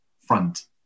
front